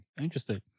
Interesting